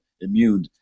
immune